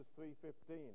3.15